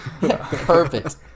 perfect